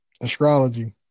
Astrology